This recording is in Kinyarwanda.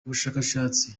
ubushakashatsi